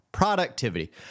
productivity